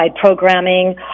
programming